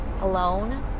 alone